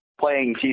playing